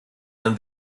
and